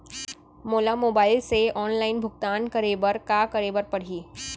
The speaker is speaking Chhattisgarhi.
मोला मोबाइल से ऑनलाइन भुगतान करे बर का करे बर पड़ही?